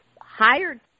hired